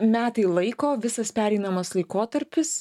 metai laiko visas pereinamas laikotarpis